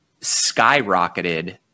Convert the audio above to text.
skyrocketed